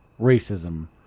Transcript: racism